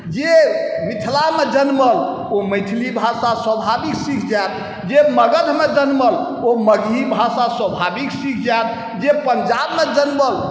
जे मिथिलामे जनमल ओ मैथिली भाषा स्वाभाविक सीखि जाएत जे मगधमे जनमल ओ मगही भाषा स्वाभाविक सीखि जाएत जे पञ्जाबमे जनमल ओ